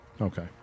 Okay